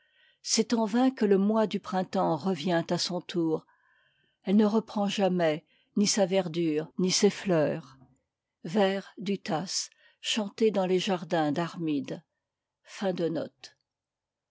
c'est en vain que le mois du printemps revient à son tour elle ne reprend jamais ni sa verdure ni ses fleurs f emdtf tasse ct n m dans m